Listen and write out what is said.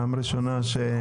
פעם ראשונה.